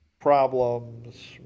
problems